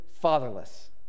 fatherless